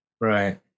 Right